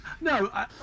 No